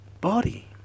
body